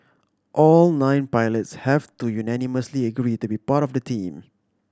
all nine pilots have to unanimously agree to be part of the team